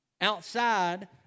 Outside